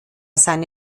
seine